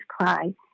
cry